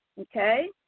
Okay